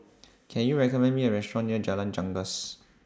Can YOU recommend Me A Restaurant near Jalan Janggus